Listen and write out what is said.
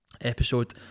episode